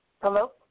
Hello